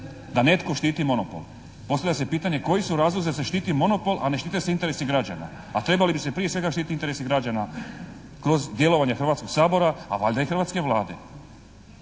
da netko štiti monopol. Postavlja se pitanje koji su razlozi da se štiti monopol, a ne štite se interesi građana, a trebali bi se prije svega štititi interesi građana kroz djelovanje Hrvatskog sabora, a valjda i hrvatske Vlade.